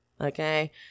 okay